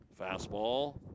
Fastball